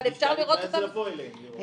אבל אפשר לראות אותם ב --- אבנר,